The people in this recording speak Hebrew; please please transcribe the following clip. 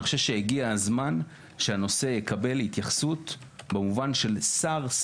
אני חושב שהגיע הזמן שהנושא יקבל התייחסות במובן של שר,